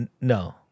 No